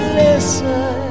listen